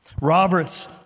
Roberts